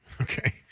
Okay